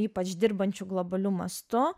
ypač dirbančių globaliu mastu